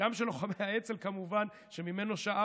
וגם של לוחמי האצ"ל, כמובן, שמהם שאבנו,